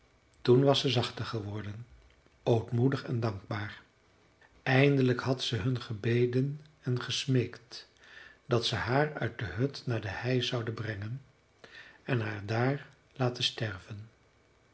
toen was ze zachter geworden ootmoedig en dankbaar eindelijk had ze hun gebeden en gesmeekt dat ze haar uit de hut naar de hei zouden brengen en haar daar laten sterven